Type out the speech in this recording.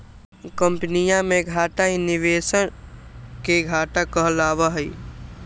कम्पनीया के घाटा ही निवेशवन के घाटा कहलावा हई